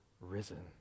risen